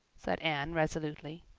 said anne resolutely.